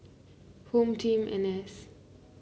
Home Team N S